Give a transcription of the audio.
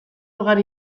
ugari